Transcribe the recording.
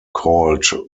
called